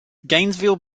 gainesville